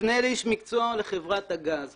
אפנה לאיש מקצוע או לחברת הגז.